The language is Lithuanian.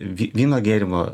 vyno gėrimo